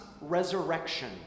resurrection